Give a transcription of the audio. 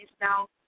now